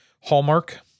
Hallmark